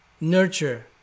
nurture